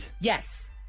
yes